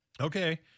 okay